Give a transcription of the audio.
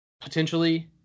potentially